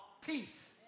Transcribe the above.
peace